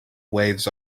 waves